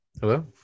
Hello